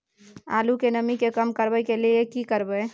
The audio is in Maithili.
आलू के नमी के कम करय के लिये की करबै?